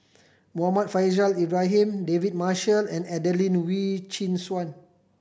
Muhammad Faishal Ibrahim David Marshall and Adelene Wee Chin Suan